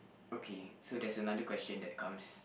okay so there's another question that comes